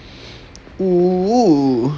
oh